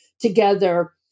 together